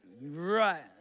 Right